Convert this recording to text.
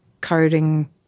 coding